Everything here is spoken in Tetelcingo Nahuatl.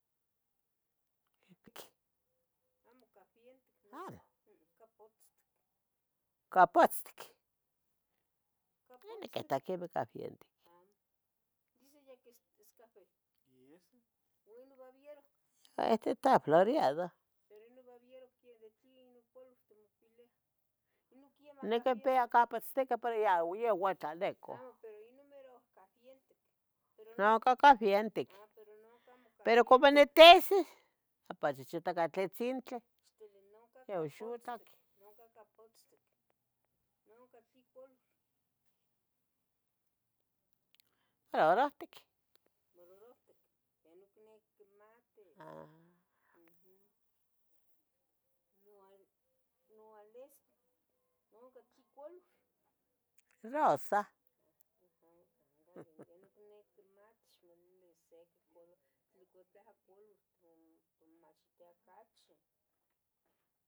Cafientic, amo cafientic na,-¿hac? amo, capotztic, ¡capotztic! capotztic, neh niquita quemeh cafientic, amo, dice ella que es, es café, ¿Y es? ua ino babiero, ete esta floriado, pero ino babiero de ¿tlenoh color timotilia? ino quiemah cafientic, neh nicpia capotztiqueh pero ya ui ya ueca nicu, amo pero inomero cafientic pero, nonca cafientic, ha pero nonca amo cafientic, pero como nitesis, matchichitoca tletzintle, yoxotlac, ixtili nonca capotztic, nonca capotztic, ¿nonca tli color? rarohtic, rarohtic, amo nicmati, haa! Noa noalistl, ¿nunca tli color? rosa, aja, yeh non icniqui quimatis xiconilui ocsequi color tlen ticmomachitia ocachi.